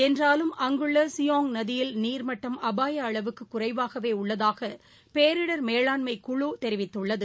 என்றாலும் அங்குள்ளசியாங் நதியில் நீர்மட்டம் அபாயஅளவுக்குகுறைவாகவேஉள்ளதாகபேரிடர் மேலாண்மை குழு தெரிவித்துள்ளது